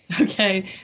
Okay